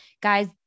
guys